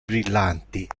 brillanti